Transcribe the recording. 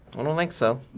i don't think so.